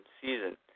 season